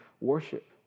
worship